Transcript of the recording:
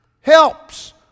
Helps